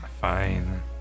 Fine